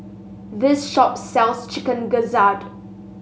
this shop sells Chicken Gizzard